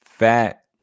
Fat